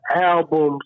albums